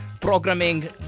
programming